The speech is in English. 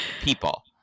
people